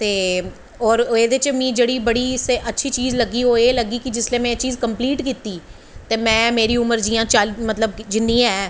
ते और मीं एह्दे च जेह्ड़ी बड़ी अच्ची चीज़ लग्गी ओह् एह् लग्गी कि जिसलै में एह् चीज़ कंपलीट कीती ते मेरी उमर जिन्ना है